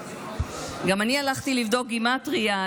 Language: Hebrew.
גם אני הלכתי לבדוק גימטרייה,